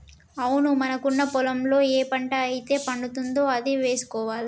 అవును మనకున్న పొలంలో ఏ పంట అయితే పండుతుందో అదే వేసుకోవాలి